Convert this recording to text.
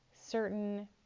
certain